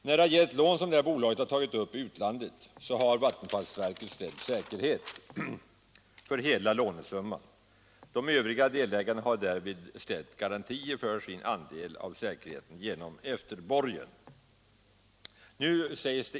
När det gällt lån som detta bolag har tagit upp i utlandet har vattenfallsverket ställt säkerhet för hela lånesumman. De övriga delägarna har därvid ställt garantier för sin andel av säkerheten genom efterborgen.